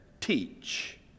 teach